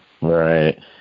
Right